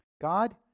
God